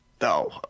No